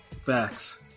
Facts